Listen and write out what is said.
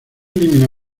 elimina